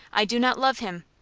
i do not love him.